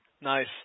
Nice